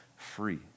free